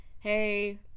Hey